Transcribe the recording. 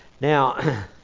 Now